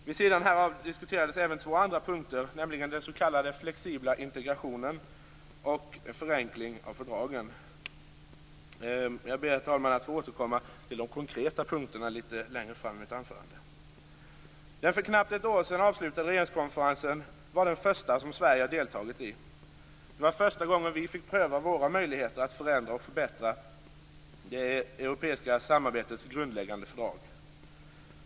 Vid sidan härav diskuterades även två andra punkter, nämligen den s.k. flexibla integrationen och en förenkling av fördragen. Jag ber, herr talman, att få återkomma till de konkreta punkterna litet längre fram i mitt anförande. Den för knappt ett år sedan avslutade regeringskonferensen var den första som Sverige har deltagit i. Det var den första gången vi fick pröva våra möjligheter att förändra och förbättra det europeiska samarbetets grundläggande fördrag.